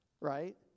right